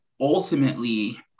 ultimately